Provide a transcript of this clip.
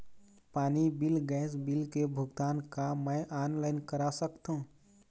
पानी bill gas bill के भुगतान का मैं ऑनलाइन करा सकथों?